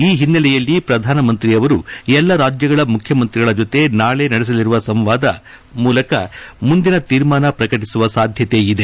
ಈ ಹಿನ್ನೆಲೆಯಲ್ಲಿ ಪ್ರಧಾನಮಂತ್ರಿ ಅವರು ಎಲ್ಲಾ ರಾಜ್ಯಗಳ ಮುಖ್ಯಮಂತ್ರಿಗಳ ಜೊತೆ ನಾಳೆ ನಡೆಸಲಿರುವ ಸಂವಾದ ಮೂಲಕ ಮುಂದಿನ ತೀರ್ಮಾನ ಪ್ರಕಟಿಸುವ ಸಾಧ್ಯತೆ ಇದೆ